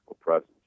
presence